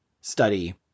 study